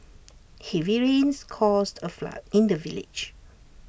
heavy rains caused A flood in the village